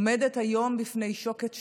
עומדת היום בפני שוקת שבורה.